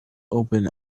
open